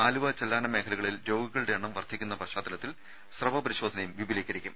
ആലുവ ചെല്ലാനം മേഖലകളിൽ രോഗികളുടെ എണ്ണം വർദ്ധിക്കുന്ന പശ്ചാത്തലത്തിൽ സ്രവ പരിശോധനയും വിപുലീകരിക്കും